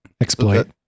exploit